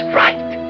right